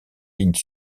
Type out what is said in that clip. lignes